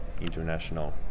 international